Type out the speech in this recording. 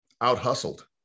out-hustled